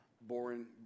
boring